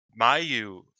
Mayu